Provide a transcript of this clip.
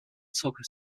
tucker